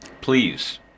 Please